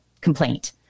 complaint